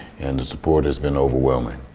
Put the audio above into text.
and the support has been overwhelming.